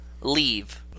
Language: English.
leave